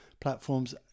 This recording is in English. platforms